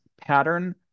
pattern